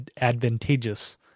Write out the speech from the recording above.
advantageous